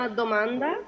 domanda